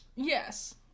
Yes